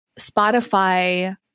spotify